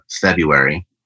February